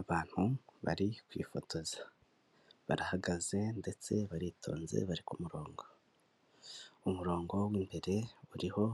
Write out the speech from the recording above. Abantu bari kwifotoza, barahagaze ndetse baritonze bari kumurongo. Umurongo w'imbere uriho